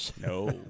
No